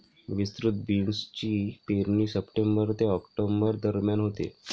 विस्तृत बीन्सची पेरणी सप्टेंबर ते ऑक्टोबर दरम्यान होते